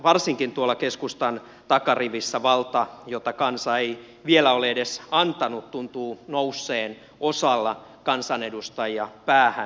varsinkin tuolla keskustan takarivissä valta jota kansa ei vielä ole edes antanut tuntuu nousseen osalla kansanedustajia päähän